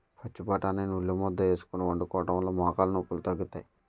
పచ్చబొటాని ని ఉల్లిముద్ద వేసుకొని వండుకోవడం వలన మోకాలు నొప్పిలు తగ్గుతాయి